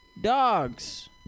dogs